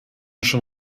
schon